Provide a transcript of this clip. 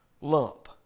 lump